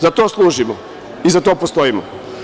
Za to služimo i za to postojimo.